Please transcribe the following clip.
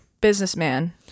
businessman